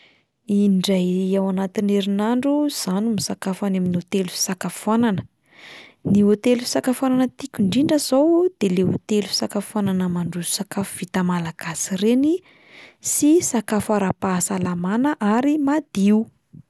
Indray ao anatin'ny herinandro izaho no misakafo any amin'ny hôtely fisakafoanana, ny hôtely fisakafoanana tiako indrindra izao de le hôtely fisakfo au